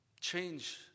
change